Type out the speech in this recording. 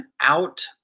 out